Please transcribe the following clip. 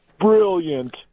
brilliant